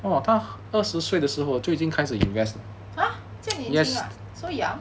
!huh! 这样年轻 ah so young